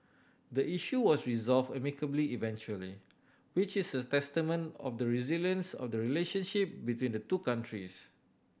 the issue was resolved amicably eventually which is a testament of the resilience of the relationship between the two countries